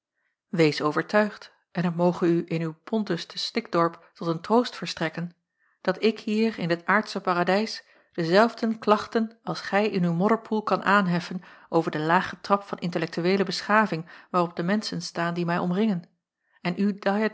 wees overtuigd en het moge u in uw pontus te slikdorp tot een troost verstrekken dat ik hier in dit aardsche paradijs dezelfde klachten als gij in uw modderpoel kan aanheffen over den lagen trap van intellektueele beschaving waarop de menschen staan die mij omringen en uw